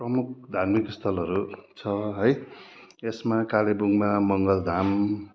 प्रमुख धार्मिक स्थलहरू छ है यसमा कालेबुङमा मङ्गल धाम